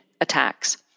attacks